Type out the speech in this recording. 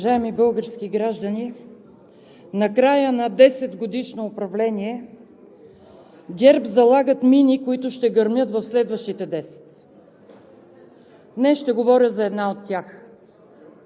Уважаеми български граждани! Накрая на 10-годишно управление ГЕРБ залагат мини, които ще гърмят в следващите десет. Днес ще говоря за една от тях.